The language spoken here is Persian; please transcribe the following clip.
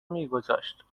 میگذاشت